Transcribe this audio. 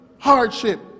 Hardship